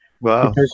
Wow